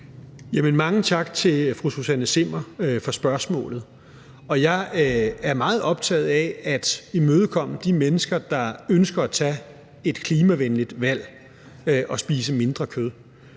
Mange tak til fru Susanne Zimmer for spørgsmålet. Jeg er meget optaget af at imødekomme de mennesker, der ønsker at tage et klimavenligt valg og spise mindre kød.